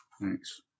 thanks